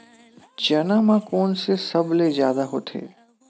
चना म कोन से सबले जादा होथे?